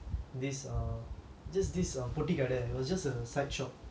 this err just this err potti kadai kadai it was just a side shop